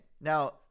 Now